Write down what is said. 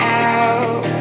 out